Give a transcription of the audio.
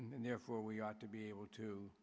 and therefore we ought to be able to